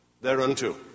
thereunto